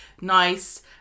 nice